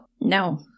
No